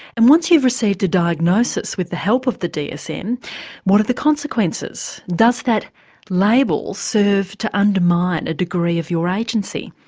and once you've received a diagnosis with the help of the dsm what are the consequences? does that label serve to undermine a degree of your agency?